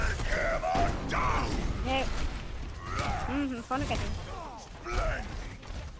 ᱦᱮᱸ ᱦᱩᱸ ᱦᱩᱸ ᱯᱷᱳᱱ ᱠᱟᱹᱫᱟᱹᱧ